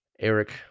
Eric